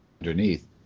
underneath